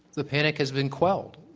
the panic has been quelled.